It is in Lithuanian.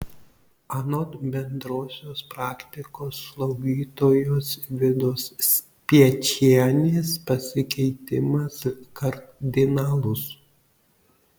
anot bendrosios praktikos slaugytojos vidos spiečienės pasikeitimas kardinalus